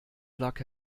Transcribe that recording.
lag